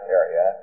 area